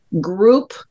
group